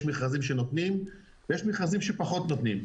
יש מכרזים שנותנים ויש מכרזים שפחות נותנים,